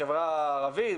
בחברה הערבית,